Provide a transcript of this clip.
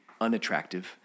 unattractive